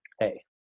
Hey